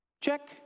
Check